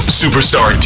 superstar